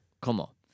Como